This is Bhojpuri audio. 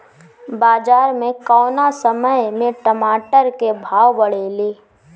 बाजार मे कौना समय मे टमाटर के भाव बढ़ेले?